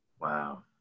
Wow